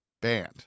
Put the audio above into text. banned